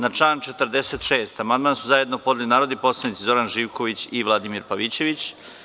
Na član 46. amandman su zajedno podneli narodni poslanici Zoran Živković i Vladimir Pavićević.